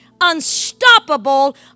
unstoppable